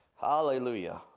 Hallelujah